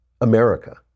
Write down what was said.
America